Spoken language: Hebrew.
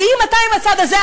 ואם אתה עם הצד הזה,